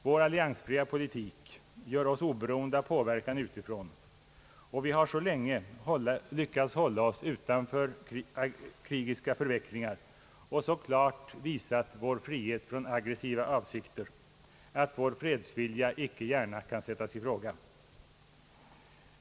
Vår alliansfria politik gör oss oberoende av påverkan utifrån, och vi har så länge lyckats hålla oss utanför krigiska förvecklingar och så klart visat vår frihet från aggressiva avsikter, att vår fredsvilja icke gärna kan sättas i fråga.